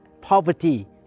poverty